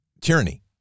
tyranny